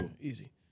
Easy